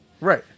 Right